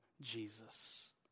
Jesus